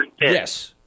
Yes